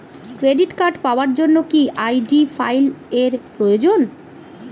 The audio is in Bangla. ক্রেডিট কার্ড পাওয়ার জন্য কি আই.ডি ফাইল এর প্রয়োজন?